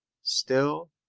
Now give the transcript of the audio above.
still,